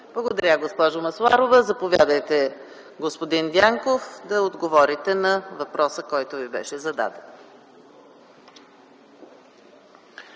Благодаря, госпожо Масларова. Заповядайте, господин Дянков, да отговорите на въпроса, който Ви беше зададен.